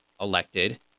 elected